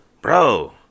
Bro